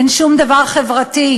אין שום דבר חברתי.